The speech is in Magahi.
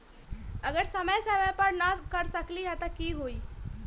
अगर समय समय पर न कर सकील त कि हुई?